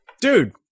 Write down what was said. Dude